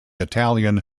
italian